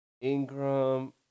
Ingram